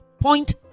Point